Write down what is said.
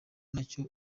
nacyo